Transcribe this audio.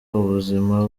ubuzima